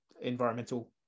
environmental